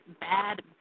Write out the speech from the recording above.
bad